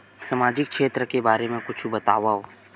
सामाजिक क्षेत्र के बारे मा कुछु बतावव?